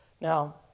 Now